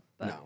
No